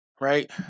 right